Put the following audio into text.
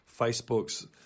Facebook's